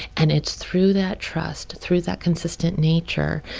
and it's through that trust, through that consistent nature,